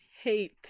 hate